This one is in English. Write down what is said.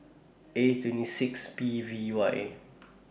A twenty six P V Y